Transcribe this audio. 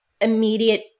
immediate